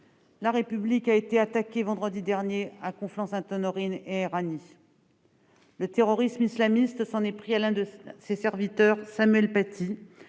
la République a été attaquée vendredi dernier, à Conflans-Sainte-Honorine et à Éragny. Le terrorisme islamiste s'en est pris à l'un de ses serviteurs, Samuel Paty,